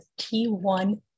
T1